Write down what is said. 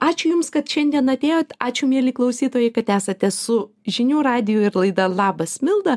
ačiū jums kad šiandien atėjot ačiū mieli klausytojai kad esate su žinių radiju ir laida labas milda